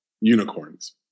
unicorns